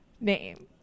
name